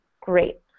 Great